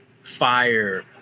fire